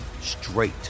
straight